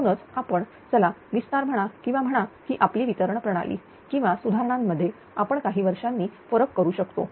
म्हणूनच आपण चला विस्तार म्हणा किंवा म्हणा की आपली वितरण प्रणाली किंवा सुधारणांमध्ये आपण काही वर्षांनी फरक करू शकतो